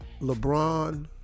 LeBron